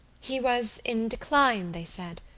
he was in decline, they said,